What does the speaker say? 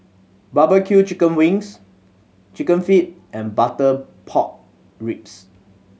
barbecue chicken wings Chicken Feet and butter pork ribs